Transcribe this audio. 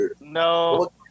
No